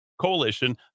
coalition